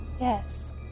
yes